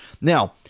Now